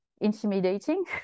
intimidating